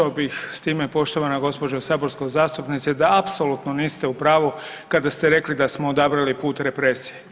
Početo bih s time poštovana gospođo saborska zastupnice da apsolutno niste u pravu kada ste rekli da smo odabrali put represije.